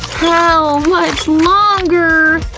how much longer? ah,